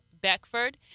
Beckford